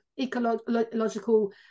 ecological